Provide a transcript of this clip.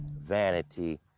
vanity